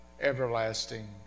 everlasting